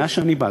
מאז שאני בה,